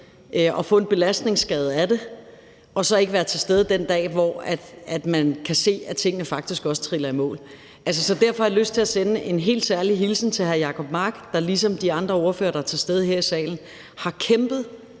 at få en belastningsskade af det og så ikke kan være til stede den dag, hvor man kan se, at tingene faktisk også triller i mål. Derfor har jeg lyst til at sende en helt særlig hilsen til hr. Jacob Mark, der ligesom de andre ordførere, der er til stede her i salen, har kæmpet